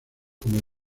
como